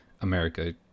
America